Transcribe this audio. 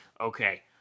Okay